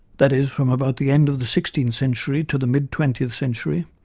that is, from about the end of the sixteenth century to the mid-twentieth century,